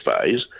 phase